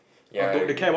ya I agree